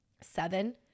seven